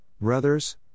brothers